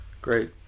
Great